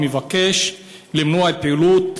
הוא מבקש למנוע פעילות